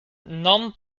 non